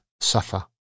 suffer